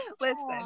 Listen